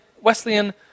Wesleyan